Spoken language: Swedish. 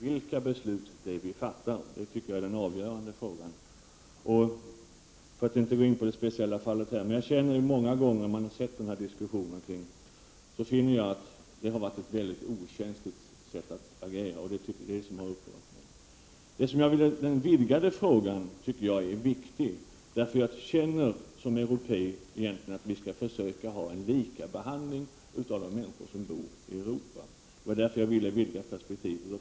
Herr talman! Självfallet skall vi respektera våra beslut och försöka verkställa dem. Men den avgörande frågan är vilka beslut vi fattar — för att nu inte gå in på det speciella fallet. Jag finner att man många gånger har agerat mycket okänsligt. Det har upprört mig. Det vidgade perspektivet tycker jag är viktigt, därför att jag som europé känner att vi skall försöka ha lika behandling av de människor som bor i Europa. Därför vill jag vidga perspektivet.